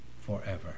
forever